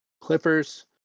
Clippers